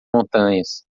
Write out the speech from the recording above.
montanhas